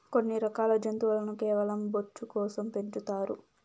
కొన్ని రకాల జంతువులను కేవలం బొచ్చు కోసం పెంచుతారు